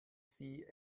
sie